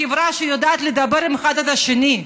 חברה שיודעת לדבר האחד עם השני,